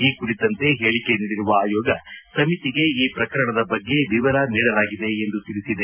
ಈ ಕುರಿತಂತೆ ಹೇಳಿಕೆ ನೀಡಿರುವ ಆಯೋಗ ಸಮಿತಿಗೆ ಈ ಪ್ರಕರಣದ ಬಗ್ಗೆ ವಿವರ ನೀಡಲಾಗಿದೆ ಎಂದು ತಿಳಿಸಿದೆ